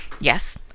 Yes